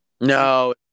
No